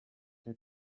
der